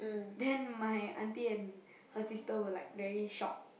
then my auntie and her sister were like very shocked